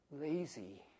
lazy